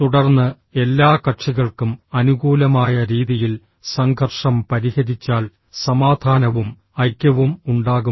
തുടർന്ന് എല്ലാ കക്ഷികൾക്കും അനുകൂലമായ രീതിയിൽ സംഘർഷം പരിഹരിച്ചാൽ സമാധാനവും ഐക്യവും ഉണ്ടാകും